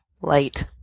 light